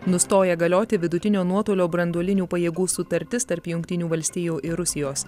nustoja galioti vidutinio nuotolio branduolinių pajėgų sutartis tarp jungtinių valstijų ir rusijos